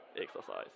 exercise